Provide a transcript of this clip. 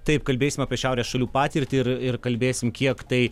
taip kalbėsim apie šiaurės šalių patirtį ir ir kalbėsim kiek tai